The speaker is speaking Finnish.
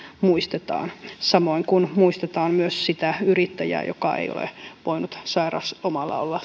muistetaan samoin kuin muistetaan myös sitä yrittäjää joka ei ole voinut olla